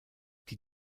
die